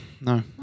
no